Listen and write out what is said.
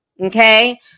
Okay